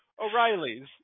O'Reilly's